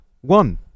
one